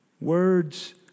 Words